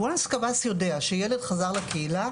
ברגע שקב"ס יודע שילד חזר לקהילה,